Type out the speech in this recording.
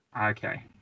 Okay